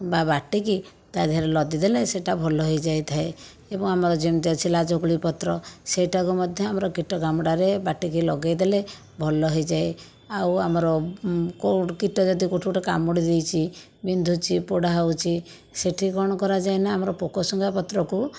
ବା ବାଟିକି ତା' ଦେହରେ ଲଦି ଦେଲେ ସେଇଟା ଭଲ ହୋଇଯାଇଥାଏ ଏବଂ ଆମର ଯେମିତି ଅଛି ଲାଜକୁଳି ପତ୍ର ସେଇଟାକୁ ମଧ୍ୟ ଆମର କୀଟ କାମୁଡ଼ାରେ ବାଟିକି ଲଗାଇଦେଲେ ଭଲ ହୋଇଯାଏ ଆଉ ଆମର କେଉଁଠୁ କୀଟ ଯଦି କେଉଁଠି ଗୋଟିଏ କାମୁଡ଼ିଦେଇଛି ବିନ୍ଧୁଛି ପୋଡ଼ାହେଉଛି ସେଠି କ'ଣ କରାଯାଏ ନା ଆମର ପୋକଶୁଙ୍ଘା ପତ୍ରକୁ